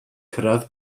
cyrraedd